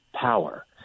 power